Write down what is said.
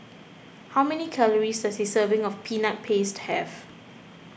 how many calories does a serving of Peanut Paste have